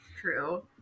True